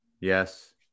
Yes